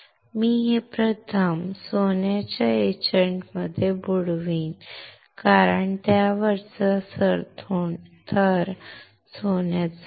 मी हे वेफर प्रथम सोन्याच्या एचंट मध्ये बुडवीन कारण वरचा थर सोन्याचा आहे